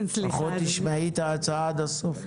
לפחות תשמעי את ההצעה עד הסוף.